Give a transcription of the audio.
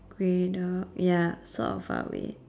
grey dog ya sort of uh red